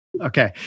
Okay